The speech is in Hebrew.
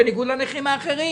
בניגוד לנכים אחרים,